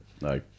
No